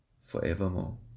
forevermore